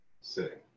sitting